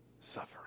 suffering